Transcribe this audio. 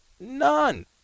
None